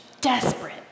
Desperate